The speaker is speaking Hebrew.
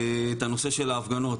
את הנושא של ההפגנות.